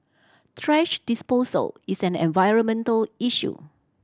thrash disposal is an environmental issue